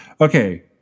Okay